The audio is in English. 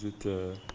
to